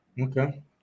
okay